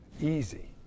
easy